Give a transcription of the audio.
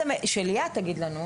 שליאת תגיד לנו,